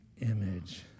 image